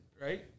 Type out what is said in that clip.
right